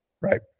right